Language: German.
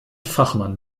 fachmann